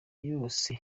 yose